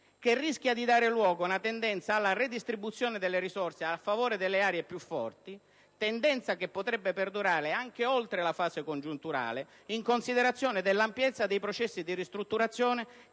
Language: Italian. che rischia di dare luogo ad una tendenza alla redistribuzione delle risorse a favore delle aree più forti», tendenza che potrebbe perdurare anche oltre la fase congiunturale, in considerazione dell'ampiezza dei processi di ristrutturazione